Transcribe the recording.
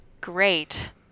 great